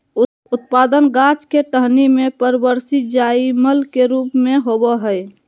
उत्पादन गाछ के टहनी में परवर्धी जाइलम के रूप में होबय हइ